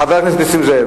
חבר הכנסת נסים זאב,